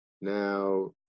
now